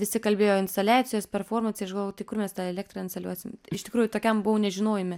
visi kalbėjo instaliacijos performansai aš galvojau tai kur mes tą elektrą instaliuosim iš tikrųjų tokiam buvau nežinojime